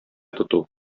тоту